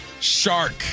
shark